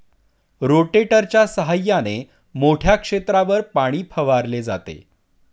रोटेटरच्या सहाय्याने मोठ्या क्षेत्रावर पाणी फवारले जाते